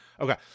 Okay